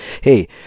hey